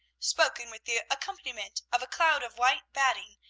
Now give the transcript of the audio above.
spoken with the accompaniment of a cloud of white batting,